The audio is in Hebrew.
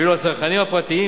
ואילו הצרכנים הפרטיים,